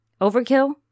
Overkill